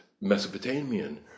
Mesopotamian